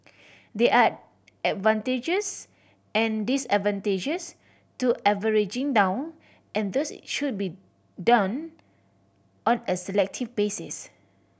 there are advantages and disadvantages to averaging down and thus it should be done on a selective basis